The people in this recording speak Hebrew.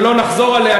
שלא נחזור עליה,